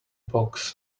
box